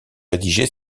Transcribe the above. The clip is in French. rédiger